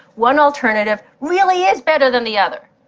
one alternative really is better than the other,